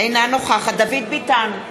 אינה נוכחת דוד ביטן,